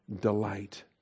delight